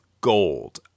gold